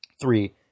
Three